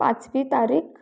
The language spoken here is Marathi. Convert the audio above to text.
पाचवी तारीख